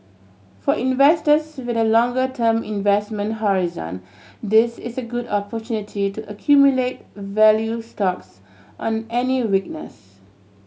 for investors with a longer term investment horizon this is a good opportunity to accumulate value stocks on any weakness